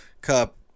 Cup